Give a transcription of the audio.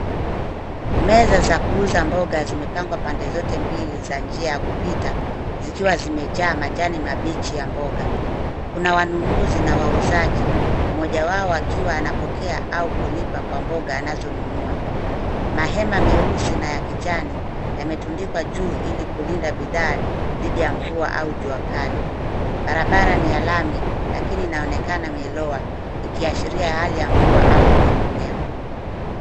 Meza za kuuza mboga zimepangwa pande zote mbili za njia ya kupita, zikiwa zimejaa majani mabichi ya mboga. Kuna wanunuzi na wauzaji, moja wao akiwa anapokea au kulipa kwa mboga anazonunua. Mahema meusi na ya kijani yametundikwa juu ili kulinda bidhaa dhidi ya mvua au jua kali. Barabara ni ya lami lakini inaonekana imeloa ikiashiria hali ya mvua au unyevunyevu.